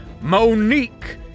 Monique